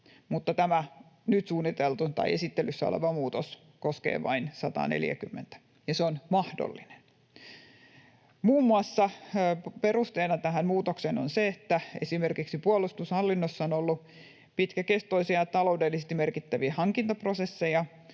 mutta tämä nyt suunniteltu tai esittelyssä oleva muutos koskee vain 140:tä, ja se on mahdollinen. Perusteena tähän muutokseen on muun muassa se, että esimerkiksi puolustushallinnossa on ollut pitkäkestoisia ja taloudellisesti merkittäviä hankintaprosesseja,